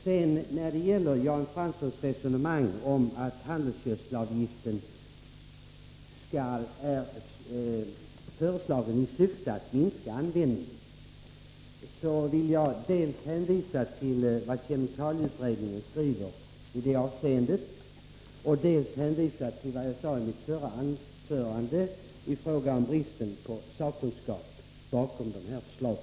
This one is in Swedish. Med anledning av Jan Franssons resonemang om att handelsgödselavgiften är föreslagen i syfte att minska dess användning, vill jag dels hänvisa till vad kemikalieutredningen skriver i det avseendet, dels hänvisa till vad jag sade i mitt förra anförande i fråga om bristen på sakkunskap bakom dessa förslag.